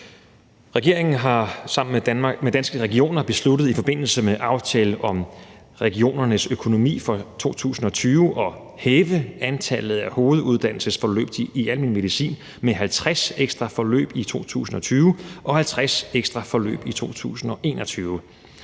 Regeringen har sammen med Danske Regioner besluttet, i forbindelse med aftale om regionernes økonomi for 2020, at hæve antallet af hoveduddannelsesforløb i almen medicin med 50 ekstra forløb i 2020 og 50 ekstra forløb i 2021.